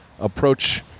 Approach